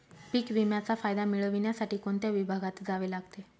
पीक विम्याचा फायदा मिळविण्यासाठी कोणत्या विभागात जावे लागते?